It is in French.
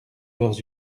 leurs